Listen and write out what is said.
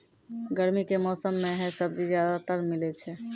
गर्मी के मौसम मं है सब्जी ज्यादातर मिलै छै